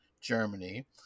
Germany